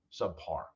subpar